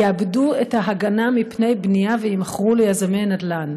יאבדו את ההגנה מפני בנייה ויימכרו ליזמי נדל"ן.